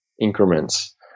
increments